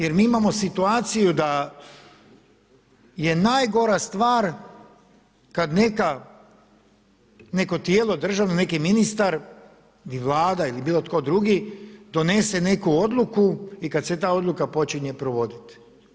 Jer mi imamo situaciju da je najgora stvar kad neko tijelo državno, neki ministar ili Vlada ili bilo tko drugi donese neku odluku i kad se ta odluka počinje provoditi.